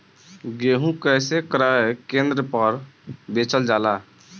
गेहू कैसे क्रय केन्द्र पर बेचल जाला?